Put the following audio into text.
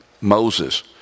Moses